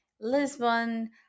Lisbon